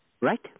Right